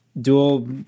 dual